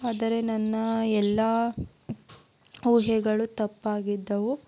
ಆದರೆ ನನ್ನ ಎಲ್ಲ ಊಹೆಗಳು ತಪ್ಪಾಗಿದ್ದವು